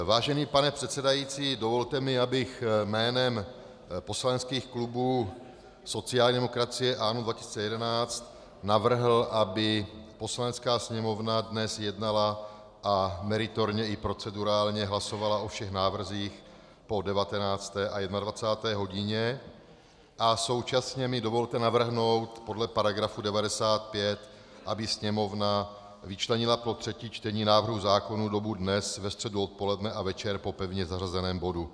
Vážený pane předsedající, dovolte mi, abych jménem poslaneckých klubů sociální demokracie a ANO 2011 navrhl, aby Poslanecká sněmovna dnes jednala a meritorně i procedurálně hlasovala o všech návrzích po 19. a 21. hodině, a současně mi dovolte navrhnout podle § 95, aby Sněmovna vyčlenila pro třetí čtení návrhů zákonů dobu dnes, ve středu, odpoledne a večer po pevně zařazeném bodu.